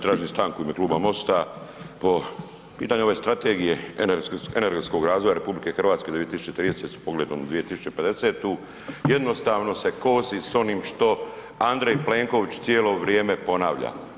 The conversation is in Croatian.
Tražim stanku u ime kluba MOST-a po pitanju ove Strategije energetskog razvoja RH do 2030. s pogledom na 2050. jednostavno se kosi s onim što Andrej Plenković cijelo vrijeme ponavlja.